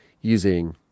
Using